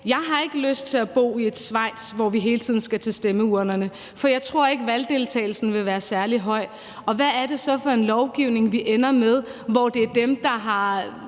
Jeg har ikke lyst til at bo i et Schweiz, hvor vi hele tiden skal til stemmeurnerne, for jeg tror ikke, at valgdeltagelsen vil være særlig høj, og hvad er det så for en lovgivning, vi ender med, fordi det er dem, der har